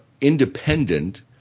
independent